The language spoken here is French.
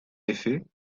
effet